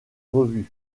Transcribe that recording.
revue